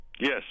Yes